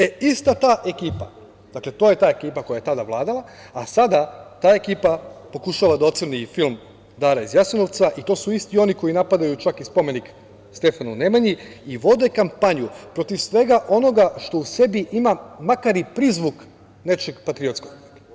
E, ista ta ekipa, dakle, to je ta ekipa koja je tada vladala, a sada ta ekipa pokušava da ocrni i film „Dara iz Jasenovca“ i to su isti oni koji napadaju čak i spomenik Stefanu Nemanji i vode kampanju protiv svega onoga što u sebi ima makar i prizvuk nečeg patriotskog.